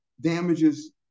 damages